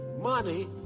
money